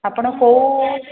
ଆପଣ କେଉଁ